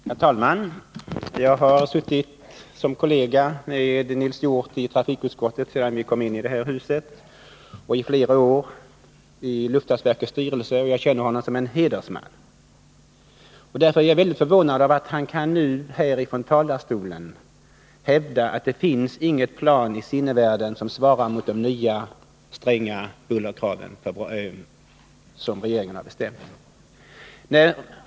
Herr talman! Jag har varit kollega med Nils Hjorth i trafikutskottet sedan vi kom in i riksdagen och i luftfartsverkets styrelse i flera år. Jag känner honom som en hedersman. Därför är jag mycket förvånad över att han från kammarens talarstol kan hävda att det inte i sinnevärlden finns något plan som svarar mot de nya stränga bullerkrav som regeringen fastlagt.